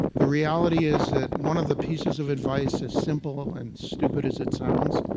the reality is that one of the pieces of advice is simple and stupid as it sounds,